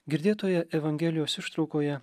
girdėtoje evangelijos ištraukoje